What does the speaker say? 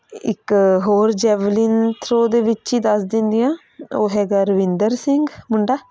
ਇੱਕ ਹੋਰ javelin throw ਦੇ ਵਿੱਚ ਹੀ ਦੱਸ ਦਿੰਦੀ ਹਾਂ ਉਹ ਹੈਗਾ ਰਵਿੰਦਰ ਸਿੰਘ ਮੁੰਡਾ